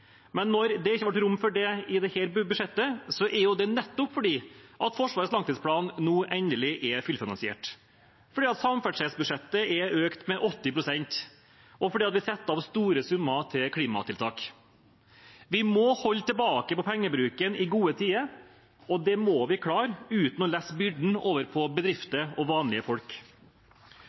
Når det ikke ble rom for det i dette budsjettet, er det nettopp fordi Forsvarets langtidsplan nå endelig er fullfinansiert, fordi samferdselsbudsjettet er økt med 80 pst., og fordi vi setter av store summer til klimatiltak. Vi må holde tilbake på pengebruken i gode tider, og det må vi klare uten å lesse byrden over på bedrifter og vanlige folk.